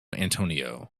antonio